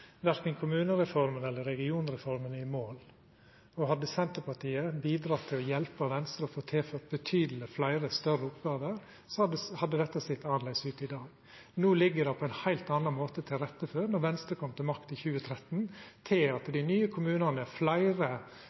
Verken kommunereforma eller regionreforma er i mål. Hadde Senterpartiet bidratt til å hjelpa Venstre med å få tilført betydeleg fleire, større oppgåver, hadde dette sett annleis ut i dag. No ligg det på ein heilt annan måte til rette for, etter at Venstre kom til makta i 2013, at dei nye kommunane, langt fleire